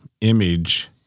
image